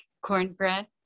cornbread